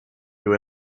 you